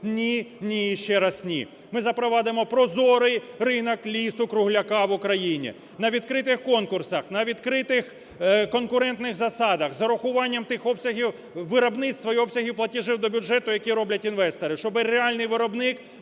Ні, ні і ще раз ні. Ми запровадимо прозорий ринок лісу-кругляка в Україні. На відкритих конкурсах, на відкритих конкурентних засадах, з урахуванням тих обсягів виробництва і обсягів платежів до бюджету, які роблять інвестори. Щоби реальний виробник